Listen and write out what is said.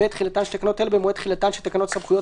ו"תחילתן של תקנות אלה במועד תחילתן של תקנות סמכויות